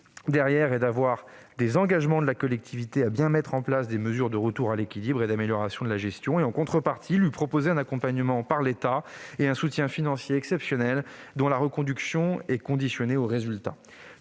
L'idée est d'avoir des engagements de la collectivité à bien mettre en place des mesures de retour à l'équilibre et d'amélioration de la gestion et de lui proposer, en contrepartie, un accompagnement de l'État et un soutien financier exceptionnel, dont la reconduction sera conditionnée aux résultats.